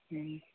ಹ್ಞೂ